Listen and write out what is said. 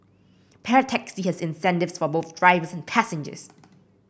Pair Taxi has incentives for both drivers and passengers